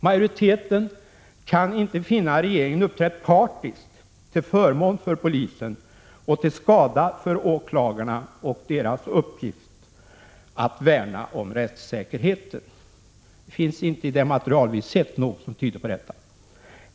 Majoriteten i utskottet kan inte finna att regeringen har uppträtt partiskt till förmån för polisen och till skada för åklagarna och deras uppgift att värna om rättssäkerheten. I det material som vi har sett finns inte något som tyder på detta.